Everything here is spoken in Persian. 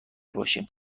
باشیم